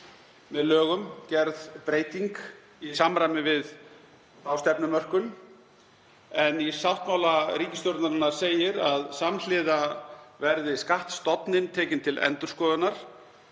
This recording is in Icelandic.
með lögum gerð breyting í samræmi við þá stefnumörkun en í sáttmála ríkisstjórnarinnar segir að samhliða verði skattstofninn tekinn til endurskoðunar.